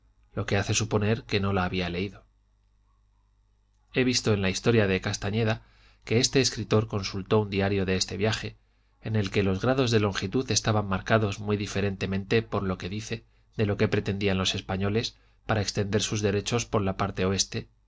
lo que hace suponer que no la habían leído he visto en la historia de castañeda que este escritor consultó un diario de este viaje en el que los grados de longitud estaban marcados muy diferentemente por lo que dice de lo que pretendían los españoles para extender sus derechos por la parte oeste